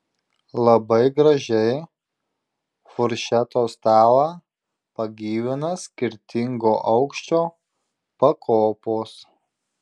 labai gražiai furšeto stalą pagyvina skirtingo aukščio pakopos